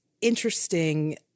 interesting